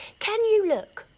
can you look,